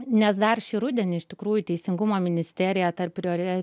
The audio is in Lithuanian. nes dar šį rudenį iš tikrųjų teisingumo ministerija tarp prioritetų